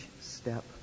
step